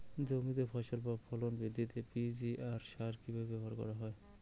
জমিতে ফসল বা ফলন বৃদ্ধিতে পি.জি.আর সার কীভাবে ব্যবহার করা হয়?